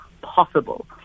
possible